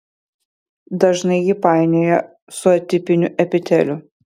dažnai jį painioja su atipiniu epiteliu